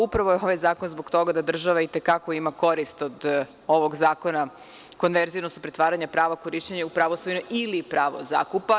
Upravo je ovaj zakon zbog toga da država i te kako ima korist od ovog zakona konverzije, odnosno pretvaranja prava korišćenja u pravo svojine ili pravo zakupa.